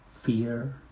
fear